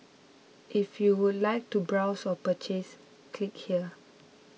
if you would like to browse or purchase click here